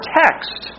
text